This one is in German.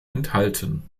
enthalten